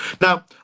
Now